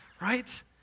right